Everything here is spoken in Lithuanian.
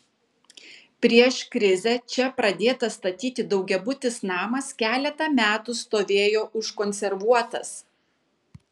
prieš krizę čia pradėtas statyti daugiabutis namas keletą metų stovėjo užkonservuotas